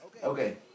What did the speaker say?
Okay